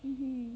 mm mm